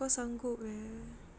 kau sanggup eh